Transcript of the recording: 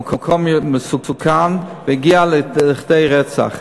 המקום מסוכן וזה הגיע לכדי רצח.